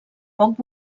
poc